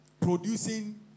producing